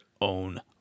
own